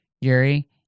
Yuri